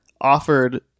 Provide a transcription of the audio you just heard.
offered